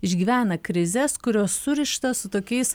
išgyvena krizes kurios surištos su tokiais